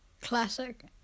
classic